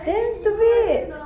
damn stupid